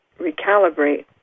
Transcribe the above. recalibrate